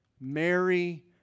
Mary